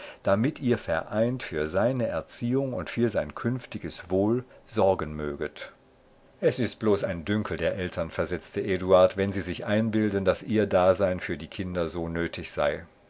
damit ihr vereint für seine erziehung und für sein künftiges wohl sorgen möget es ist bloß ein dünkel der eltern versetzte eduard wenn sie sich einbilden daß ihr dasein für die kinder so nötig sei